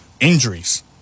injuries